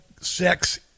sex